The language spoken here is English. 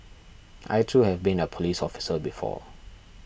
I too have been a police officer before